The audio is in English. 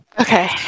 Okay